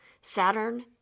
Saturn